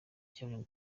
cyabonye